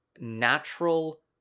natural